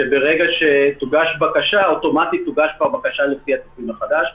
שברגע שתוגש בקשה אוטומטית תוגש כבר בקשה לפי התיקון החדש,